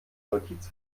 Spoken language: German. notiz